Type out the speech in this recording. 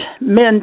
men